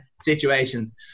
situations